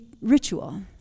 ritual